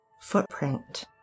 footprint